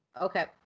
okay